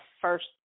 first